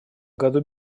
году